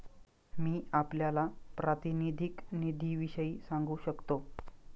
मी आपल्याला प्रातिनिधिक निधीविषयी सांगू शकतो